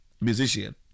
musician